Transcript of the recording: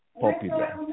popular